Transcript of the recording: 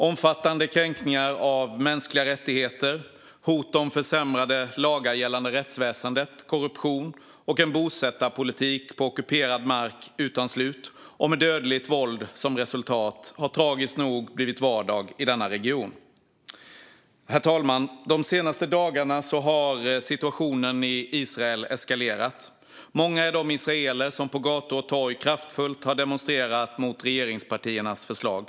Omfattande kränkningar av mänskliga rättigheter, hot om försämrade lagar gällande rättsväsendet, korruption och en bosättarpolitik på ockuperad mark, utan slut och med dödligt våld som resultat, har tragiskt nog blivit vardag i denna region. Herr talman! De senaste dagarna har situationen i Israel eskalerat. Många är de israeler som på gator och torg kraftfullt har demonstrerat mot regeringspartiernas förslag.